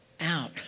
out